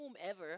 whomever